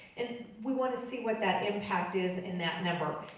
and we wanna see what that impact is in that number.